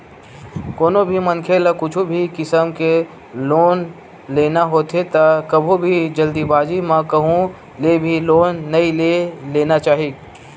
कोनो भी मनखे ल कुछु भी किसम के लोन लेना होथे त कभू भी जल्दीबाजी म कहूँ ले भी लोन नइ ले लेना चाही